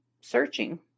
searching